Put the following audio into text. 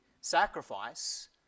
sacrifice